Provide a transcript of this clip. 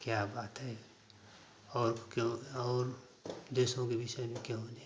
क्या बात है और क्यों और दूसरों के विषय में क्यों नहीं लिखा